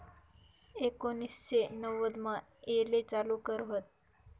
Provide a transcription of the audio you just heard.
एकोनिससे नव्वदमा येले चालू कर व्हत